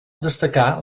destacar